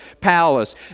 palace